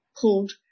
called